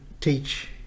teach